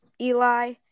Eli